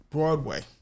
Broadway